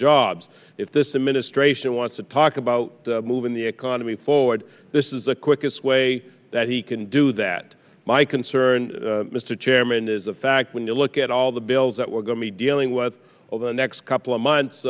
jobs if this administration wants to talk about moving the economy forward this is the quickest way that he can do that my concern mr chairman is the fact when you look at all the bills that we're going to be dealing with over the next couple of months